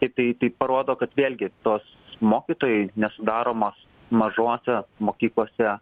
tiktai tai parodo kad vėlgi tos mokytojai nesudaromos mažuose mokyklose